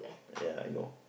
ya I know